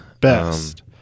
Best